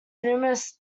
numerous